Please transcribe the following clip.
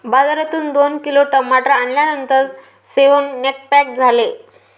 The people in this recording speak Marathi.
बाजारातून दोन किलो टमाटर आणल्यानंतर सेवन्पाक झाले